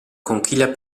conchiglia